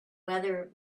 whether